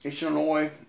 Illinois